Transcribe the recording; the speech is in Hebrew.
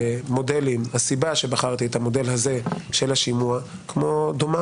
הסיבה שבחרתי את המודל הזה של השימוע דומה